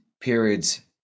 periods